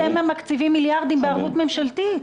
אתם מקציבים מיליארדים בערבות ממשלתית.